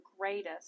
greatest